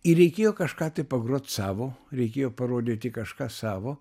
ir reikėjo kažką pagrot savo reikėjo parodyti kažką savo